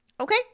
Okay